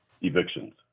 evictions